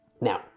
Now